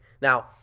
now